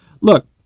Look